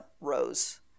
rose